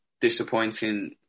disappointing